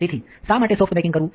તેથી શા માટે સોફ્ટ બેકિંગ કરવું